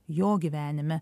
jo gyvenime